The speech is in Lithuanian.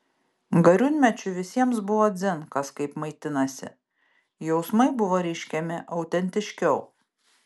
gariūnmečiu visiems buvo dzin kas kaip maitinasi jausmai buvo reiškiami autentiškiau